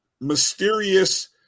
mysterious